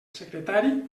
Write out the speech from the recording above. secretari